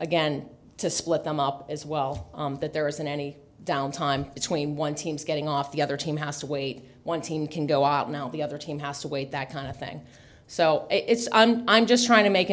again to split them up as well that there isn't any down time between one teams getting off the other team has to wait one team can go out now the other team has to wait that kind of thing so it's i'm just trying to make